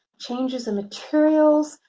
changes in materials,